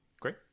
Great